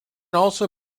also